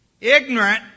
ignorant